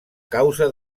causa